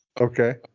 okay